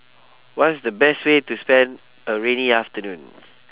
what's the best way to spend a rainy afternoon